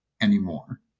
anymore